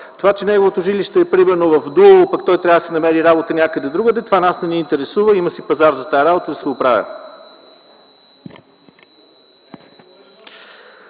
Това, че неговото жилище е примерно в Дулово пък той трябва да си намери работа някъде другаде, това нас не ни интересува, има си пазар за тая работа, да се оправя.